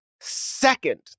second